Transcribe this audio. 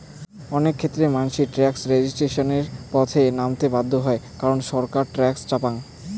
অনেক ক্ষেত্রেই মানসি ট্যাক্স রেজিস্ট্যান্সের পথে নামতে বাধ্য হই কারণ ছরকার ট্যাক্স চাপং